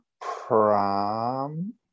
Prom